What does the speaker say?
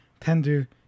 tender